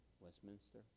Westminster